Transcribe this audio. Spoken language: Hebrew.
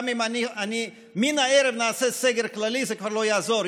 גם אם מן הערב נעשה סגר כללי זה כבר לא יעזור.